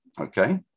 Okay